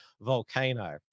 volcano